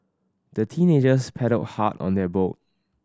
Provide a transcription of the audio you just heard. the teenagers paddled hard on their boat